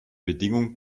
bedingung